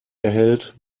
erhält